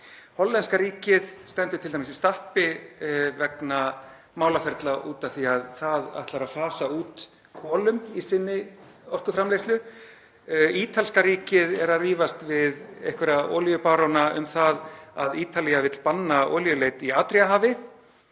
Hollenska ríkið stendur t.d. í stappi vegna málaferla af því að það ætlar að fasa út kolum í sinni orkuframleiðslu. Ítalska ríkið er að rífast við einhverja olíubaróna um það að Ítalía vilji banna olíuleit í Adríahafi.